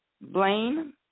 Blaine